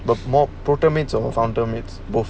the more pro term or quantum mate